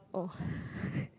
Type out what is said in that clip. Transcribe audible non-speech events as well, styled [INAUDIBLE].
oh [LAUGHS]